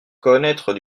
connaître